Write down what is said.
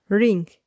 ring